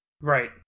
Right